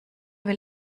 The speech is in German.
will